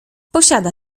posiada